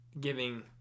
giving